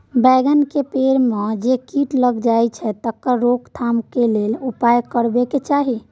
बैंगन के पेड़ म जे कीट लग जाय छै तकर रोक थाम के लेल की उपाय करबा के चाही?